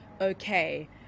okay